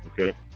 Okay